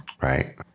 Right